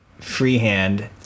freehand